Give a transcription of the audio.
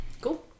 Cool